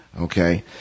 Okay